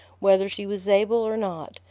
whether she was able or not,